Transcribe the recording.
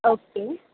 એ